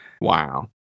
Wow